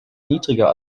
niedriger